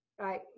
right